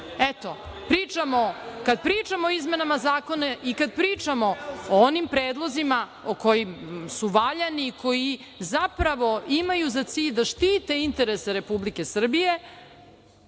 pričamo. Kad pričamo o izmenama zakona i kad pričamo o onim predlozima koji su valjani, koji zapravo imaju za cilj da štite interese Republike Srbije,